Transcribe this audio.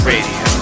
Radio